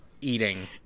eating